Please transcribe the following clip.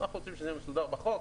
אנחנו רוצים שזה יהיה מסודר בחוק.